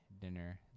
dinner